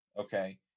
Okay